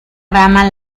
rama